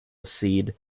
seed